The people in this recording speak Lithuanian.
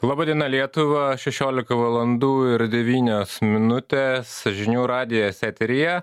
laba diena lietuva šešiolika valandų ir devynios minutės žinių radijas eteryje